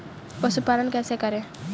पशुपालन कैसे करें?